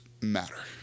matter